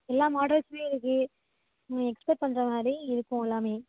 எல்லா மாடல்ஸும் இருக்குது நீங்கள் எக்ஸ்பெக்ட் பண்ற மாதிரி இருக்கும் எல்லாம்